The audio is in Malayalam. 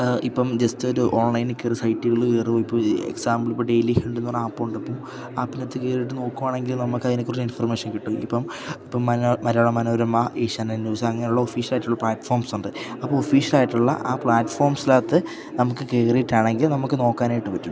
ഇപ്പം ജസ്റ്റ് ഒരു ഓൺലൈനില് കയറി സൈറ്റുകളില് കയറി ഇപ്പോള് എക്സാമ്പിൾ ഇപ്പോള് ഡെയിലി ഹണ്ട് എന്നുപറഞ്ഞ ആപ്പുണ്ട് അപ്പോള് ആ ആപ്പിനകത്ത് കയറിയിട്ട് നോക്കുകയാണെങ്കിൽ നമുക്കതിനെക്കുറിച്ച് ഇൻഫർമേഷൻ കിട്ടും ഇപ്പം ഇപ്പം മലയാള മനോരമ ഏഷ്യാനെറ്റ് ന്യൂസ് അങ്ങനെയുള്ള ഒഫിഷ്യലായിട്ടുള്ള പ്ലാറ്റ്ഫോംസ് ഉണ്ട് അപ്പോള് ഒഫിഷ്യലായിട്ടുള്ള ആ പ്ലാറ്റ്ഫോംസിനകത്ത് നമുക്ക് കയറിയിട്ടാണെങ്കിൽ നമുക്ക് നോക്കുവാനായിട്ട് പറ്റും